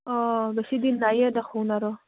অঁ বেছিদিন নায়ে দেখোন আৰু